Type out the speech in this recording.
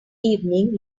evening